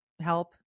help